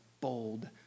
bold